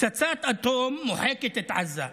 פצצת אטום מוחקת את עזה.